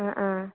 ആ ആ